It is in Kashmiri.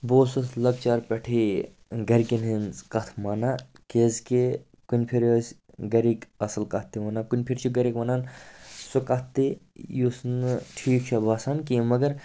بہٕ اوسُس لۄکچار پٮ۪ٹھٕے گَرِکٮ۪ن ہٕنٛز کَتھ مانان کیٛازِکہِ کُنہِ پھِرِ ٲسۍ گَرِکۍ اَصٕل کَتھ تہِ وَنان کُنہِ پھِرِ چھِ گَرِکۍ وَنان سُہ کَتھ تہِ یُس نہٕ ٹھیٖک چھا باسان کیٚنٛہہ مگر